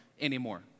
anymore